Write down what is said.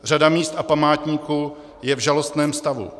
Řada míst a památníků je v žalostném stavu.